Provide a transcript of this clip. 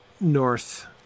North